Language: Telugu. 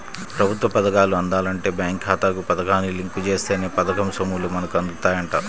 ప్రభుత్వ పథకాలు అందాలంటే బేంకు ఖాతాకు పథకాన్ని లింకు జేత్తేనే పథకం సొమ్ములు మనకు అందుతాయంట